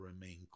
remain